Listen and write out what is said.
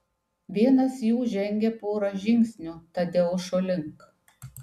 vienas jų žengė porą žingsnių tadeušo link